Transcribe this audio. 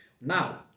Now